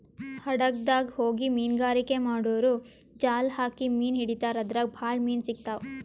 ಹಡಗ್ದಾಗ್ ಹೋಗಿ ಮೀನ್ಗಾರಿಕೆ ಮಾಡೂರು ಜಾಲ್ ಹಾಕಿ ಮೀನ್ ಹಿಡಿತಾರ್ ಅದ್ರಾಗ್ ಭಾಳ್ ಮೀನ್ ಸಿಗ್ತಾವ್